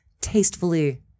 tastefully